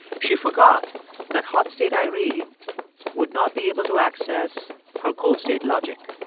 she forgot that hot-state irene would not be able to access her cold-state logic.